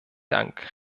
dank